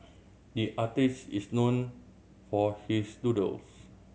the artist is known for his doodles